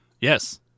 Yes